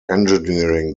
engineering